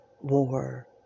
war